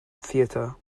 theater